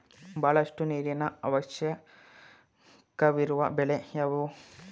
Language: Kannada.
ಬಹಳಷ್ಟು ನೀರಿನ ಅವಶ್ಯಕವಿರುವ ಬೆಳೆ ಯಾವುವು?